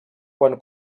quan